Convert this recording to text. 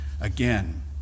again